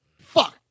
fuck